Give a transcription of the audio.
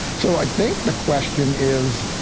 so i think the question is,